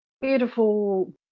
beautiful